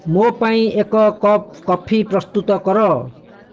ମୋ ପାଇଁ ଏକ କପ୍ କଫି ପ୍ରସ୍ତୁତ କର